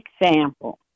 example